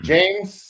James